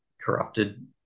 corrupted